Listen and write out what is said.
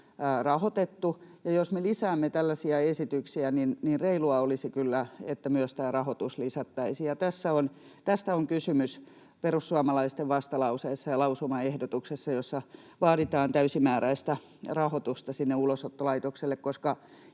alirahoitettu, ja jos me lisäämme tällaisia esityksiä, niin reilua olisi kyllä, että myös tämä rahoitus lisättäisiin. Ja tästä on kysymys perussuomalaisten vastalauseessa ja lausumaehdotuksessa, jossa vaaditaan täysimääräistä rahoitusta sinne Ulosottolaitokselle, koska